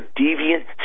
deviant